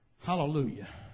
Hallelujah